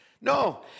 No